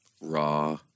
raw